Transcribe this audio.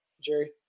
Jerry